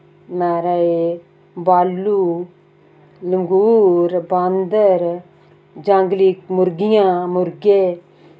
माराज एह् भालू लंगूर बांदर जांगली मुर्गियां मुर्गे